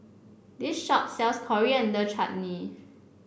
this shop sells Coriander Chutney